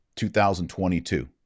2022